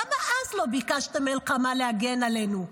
למה אז לא ביקשתם מלחמה להגן עלינו?